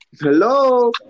hello